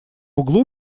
углу